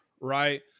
right